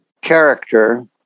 character